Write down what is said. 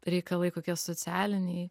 reikalai kokie socialiniai